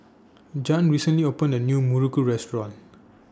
Jan recently opened A New Muruku Restaurant